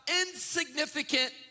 insignificant